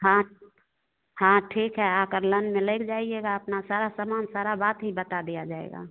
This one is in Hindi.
हाँ हाँ ठीक है आकर लाइन में लग जाइएगा अपना सारा सामान सारी बात ही बता दी जाएगी